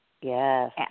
Yes